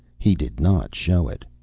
he did not show it.